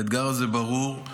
האתגר הזה ברור.